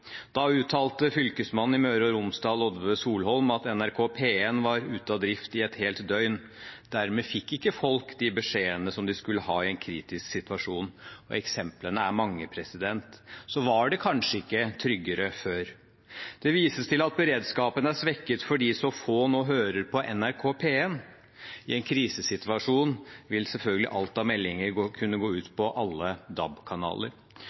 Da uttalte fylkesmannen i Møre og Romsdal, Lodve Solholm, at NRK P1 var ute av drift i et helt døgn. Dermed fikk ikke folk de beskjedene som de skulle ha i en kritisk situasjon. Eksemplene er mange. Så var det kanskje ikke tryggere før? Det vises til at beredskapen er svekket fordi så få nå hører på NRK P1. I en krisesituasjon vil selvfølgelig alt av meldinger kunne gå ut